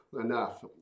enough